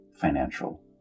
financial